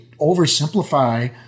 oversimplify